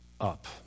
up